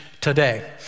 today